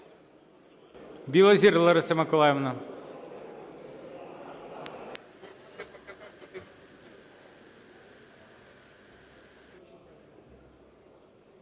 Білозір Лариса Миколаївна.